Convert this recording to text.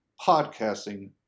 Podcasting